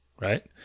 right